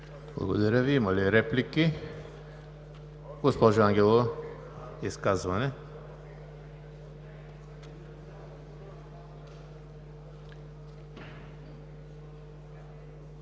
Благодаря Ви. Има ли реплики? Госпожо Ангелова – изказване.